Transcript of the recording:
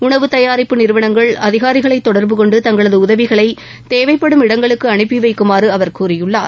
உணவு தயாரிப்பு நிறுவனங்கள் அதிகாரிகளைத் தொடர்பு கொண்டு தங்களது உதவிகளை தேவைப்படும் இடங்களுக்கு அனுப்பி வைக்குமாறு அவர் கூறியுள்ளார்